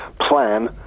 plan